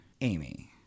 Amy